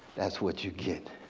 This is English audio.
that's what you get,